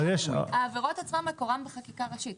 העבירות עצמן מקורן בחקיקה ראשית.